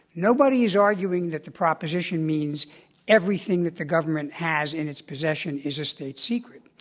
nobody is arguing that the proposition means everything that the government has in its possession is a state secret,